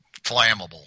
Flammable